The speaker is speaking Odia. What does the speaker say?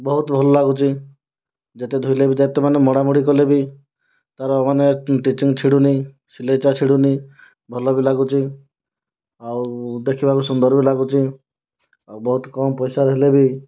ବହୁତ ଭଲ ଲାଗୁଛି ଯେତେ ଧୋଇଲେ ବି ମାନେ ମୋଡ଼ା ମୋଡ଼ି କଲେ ବି ତାର ମାନେ କିଛି ବି ଛିଡ଼ୁନି ସିଲେଇଟା ଛିଡ଼ୁନି ଭଲ ବି ଲାଗୁଛି ଆଉ ଦେଖିବାକୁ ବି ସୁନ୍ଦର ବି ଲାଗୁଛି ଆଉ ବହୁତ କମ୍ ପଇସା ନେଲେ ବି